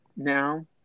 now